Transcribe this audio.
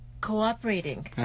cooperating